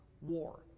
war